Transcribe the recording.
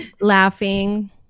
laughing